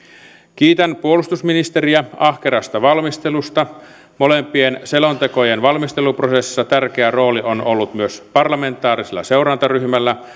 kiitän puolustusministeriä ahkerasta valmistelusta molempien selontekojen valmisteluprosessissa tärkeä rooli on ollut myös parlamentaarisella seurantaryhmällä